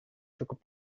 cukup